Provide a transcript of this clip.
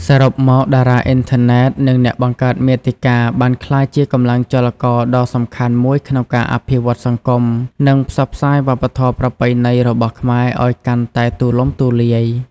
សរុបមក តារាអុីនធឺណិត និងអ្នកបង្កើតមាតិកាបានក្លាយជាកម្លាំងចលករដ៏សំខាន់មួយក្នុងការអភិវឌ្ឍសង្គម និងផ្សព្វផ្សាយវប្បធម៌ប្រពៃណីរបស់ខ្មែរឱ្យកាន់តែទូលំទូលាយ។